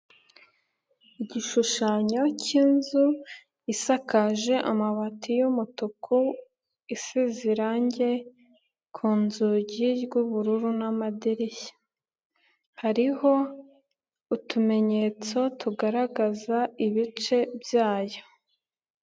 Igishushanyo k'inzu isakaje amabati y'umutuku, isize irangi ku nzugi ry'ubururu n'amadirishya, hariho utumenyetso tugaragaza ibice byayo.